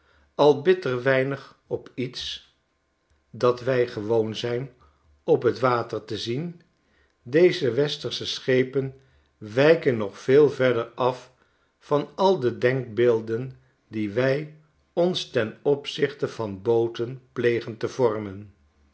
al bitter weinig op iets dat wij gewoon zijn op t water te zien deze westersche schepen wijken nog veel verder af van al de denkbeelden die wij ons ten opzichte van booten plegen te vormen